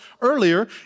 earlier